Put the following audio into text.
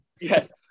Yes